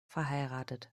verheiratet